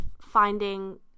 finding